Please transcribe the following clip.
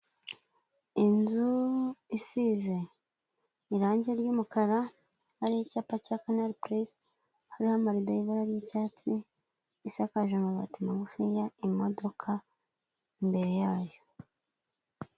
Inzu isize irange ry'umukara, hariho icyaka cya kanari purisi, harimo amarido y'ibara ry'icyatsi, isakaje amabati magufiya, imodoka imbere yayo.